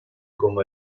como